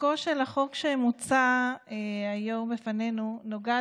עיסוקו של החוק שמוצע היום בפנינו נוגע